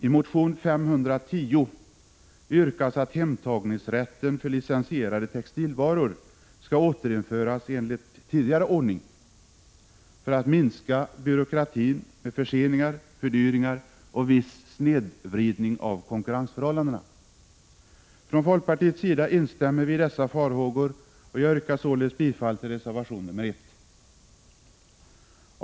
I motion Sk510 yrkas att hemtagningsrätten för licensierade textilvaror skall återinföras enligt tidigare ordning för att minska byråkratin med förseningar, fördyringar och viss snedvridning av konkurrensförhållandena. Från folkpartiets sida instämmer vi i dessa farhågor, och jag yrkar således bifall till reservation nr 1.